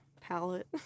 palette